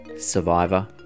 survivor